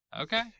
Okay